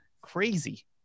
crazy